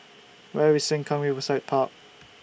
Where IS Sengkang Riverside Park